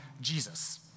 Jesus